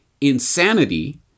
insanity